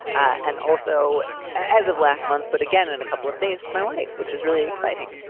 and also as of last month, but again, in and a couple of days, my wife, which is really exciting.